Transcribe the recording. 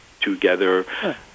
together